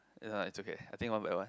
it's alright it's okay I think one by one